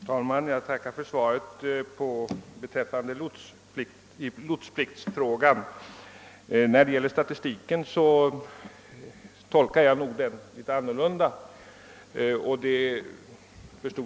Herr talman! Jag tackar för svaret beträffande lotspliktsfrågan, men statistiken tolkar jag på ett annat sätt än statsrådet gör.